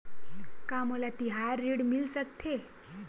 का मोला तिहार ऋण मिल सकथे?